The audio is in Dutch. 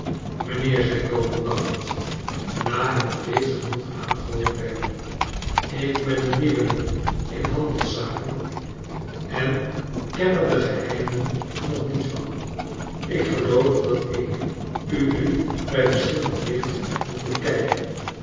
mijnheer zei gowan lachend na het beleefd genoeg aangehoord te hebben ik ben een nieuweling in handelszaken en ken er de geheimen nog niet van ik geloof dat ik u nu bij verschillend licht moet bekijken